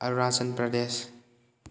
Arunachal Pradesh